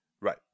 Right